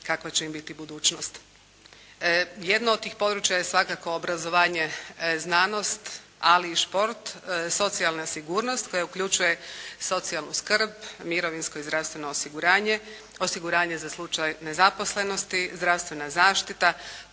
kakva će im biti budućnost. Jedno od tih područja je svakako obrazovanje, znanost, ali i šport, socijalna sigurnost koja uključuje socijalnu skrb, mirovinsko i zdravstveno osiguranje, osiguranje za slučaj nezaposlenosti, zdravstvena zaštita,